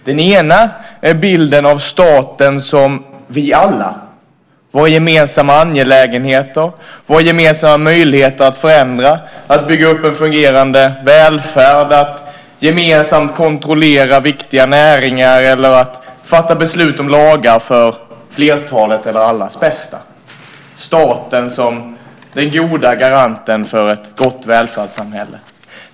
Den ena är bilden av staten som vi alla - våra gemensamma angelägenheter, våra gemensamma möjligheter att förändra, att bygga upp en fungerande välfärd, att gemensamt kontrollera viktiga näringar och att fatta beslut om lagar för flertalets eller allas bästa - staten som den goda garanten för ett gott välfärdssamhälle.